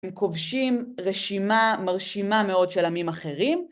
הם כובשים רשימה מרשימה מאוד של עמים אחרים.